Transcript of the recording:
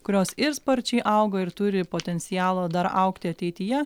kurios ir sparčiai auga ir turi potencialo dar augti ateityje